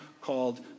called